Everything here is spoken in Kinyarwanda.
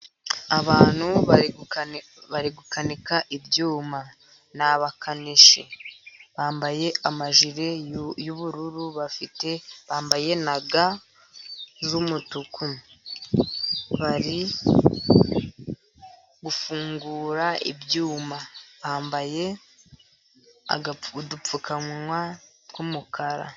Abantu bari gukanika bari gukanika ibyuma ni abakanishi bambaye amajire y'ubururu, bafite bambaye na ga z'umutuku, bari gufungura ibyuma bambaye udupfukamunwa tw'umukara .